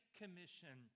commission